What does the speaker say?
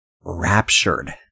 raptured